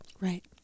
Right